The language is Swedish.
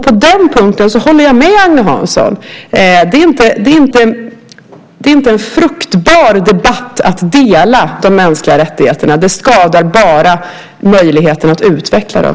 På den punkten håller jag med Agne Hansson om att det inte är fruktbart att dela upp de mänskliga rättigheterna. Det skadar bara möjligheten att utveckla dem.